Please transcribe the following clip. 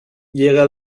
llega